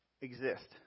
exist